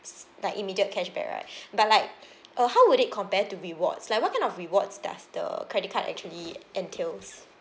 like immediate cashback right but like uh how would it compare to rewards like what kind of rewards does the credit card actually entails